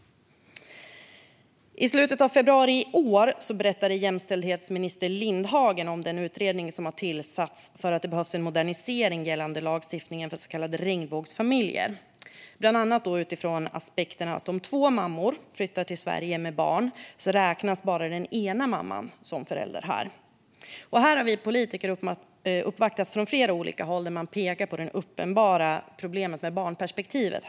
I slutet av februari i år berättade jämställdhetsminister Lindhagen om den utredning som har tillsatts i och med att det behövs en modernisering av lagstiftningen för så kallade regnbågsfamiljer. Det behövs bland annat utifrån aspekten att om två mammor med barn flyttar till Sverige räknas bara den ena mamman som förälder här. Vi politiker har uppvaktats från flera olika håll angående detta. Man har pekat på det uppenbara problemet med barnperspektivet.